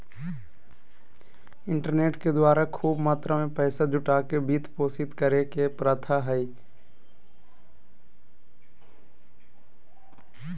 internet के द्वारा खूब मात्रा में पैसा जुटा के वित्त पोषित करे के प्रथा हइ